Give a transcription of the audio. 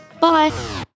Bye